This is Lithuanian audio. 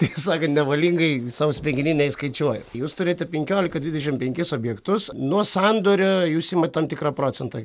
tiesa sakant nevalingai sau smegeninėj skaičiuoju jūs turite penkiolika dvidešim penkis objektus nuo sandorio jūs imat tam tikrą procentą